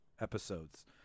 episodes